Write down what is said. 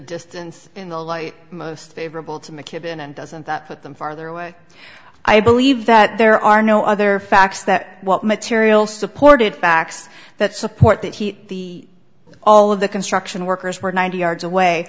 distance in the light most favorable to mckibben and doesn't that put them farther away i believe that there are no other facts that what material supported facts that support that heat the all of the construction workers were ninety yards away